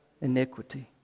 Iniquity